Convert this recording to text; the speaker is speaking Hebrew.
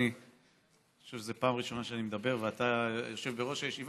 אני חושב שזו פעם ראשונה שאני מדבר ואתה יושב בראש הישיבה.